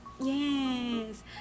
Yes